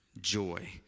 Joy